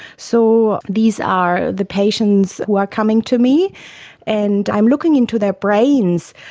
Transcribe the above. so these are the patients who are coming to me and i'm looking into their brains.